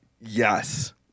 Yes